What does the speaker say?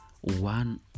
one